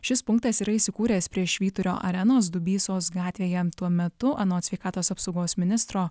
šis punktas yra įsikūręs prie švyturio arenos dubysos gatvėje jam tuo metu anot sveikatos apsaugos ministro